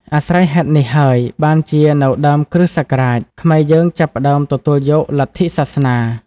អាស្រ័យហេតុនេះហើយ បានជានៅដើមគ្រិស្តសករាជ ខ្មែរយើងចាប់ផ្តើមទទួលយកលទ្ធិសាសនា។